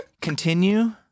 Continue